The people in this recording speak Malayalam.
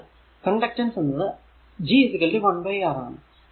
അതിനാൽ കണ്ടക്ടൻസ് എന്നത് G 1R ആണ്